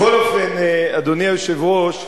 בכל אופן, אדוני היושב-ראש,